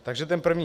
Takže ten první.